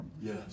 Yes